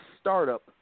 startup